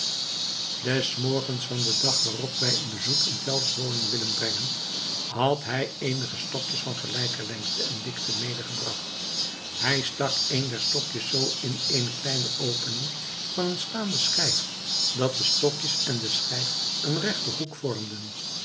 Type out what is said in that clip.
des morgens van den dag waarop wij een bezoek in tell's woning willen brengen had hij eenige stokjes van gelijke lengte en dikte medegebracht hij stak een der stokjes z in eene kleine opening van de staande schijf dat het stokje en de schijf een rechten hoek vormden